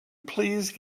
please